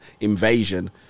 invasion